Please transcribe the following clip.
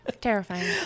Terrifying